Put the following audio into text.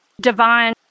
divine